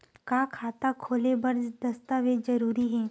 का खाता खोले बर दस्तावेज जरूरी हे?